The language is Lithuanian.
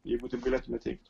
jeigu taip galėtume teigti